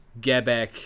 Gebek